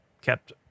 kept